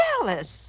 jealous